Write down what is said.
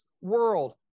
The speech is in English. world